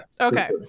okay